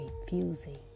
refusing